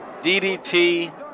DDT